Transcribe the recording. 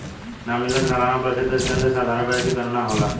nominal सालाना प्रतिशत दर के अंदर साधारण ब्याज के गनना होला